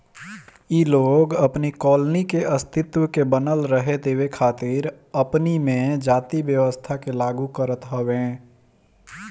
इ लोग अपनी कॉलोनी के अस्तित्व के बनल रहे देवे खातिर अपनी में जाति व्यवस्था के लागू करत हवे